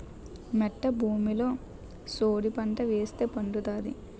మెట్ట భూమిలో సోడిపంట ఏస్తే పండుతాది